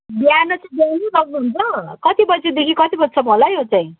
बिहान चाहिँ लग्नुहुन्छ कति बजीदेखि कति बजीसम्म होला है यो चाहिँ